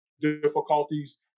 difficulties